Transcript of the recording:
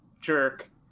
jerk